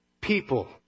people